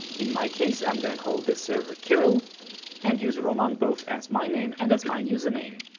in my case i'm gonna call this server kyrill and use roman both as my name and as my user name.